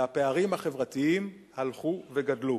והפערים החברתיים הלכו וגדלו.